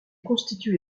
constituée